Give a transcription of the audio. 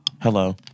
Hello